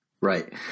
Right